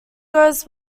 goes